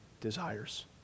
desires